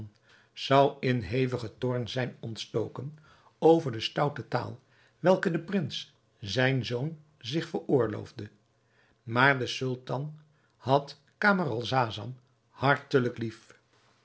zou in hevigen toorn zijn ontstoken over de stoute taal welke de prins zijn zoon zich veroorloofde maar de sultan had camaralzaman hartelijk lief